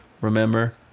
Remember